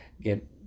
get